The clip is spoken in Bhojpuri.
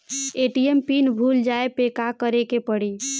ए.टी.एम पिन भूल जाए पे का करे के पड़ी?